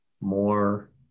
more